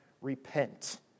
repent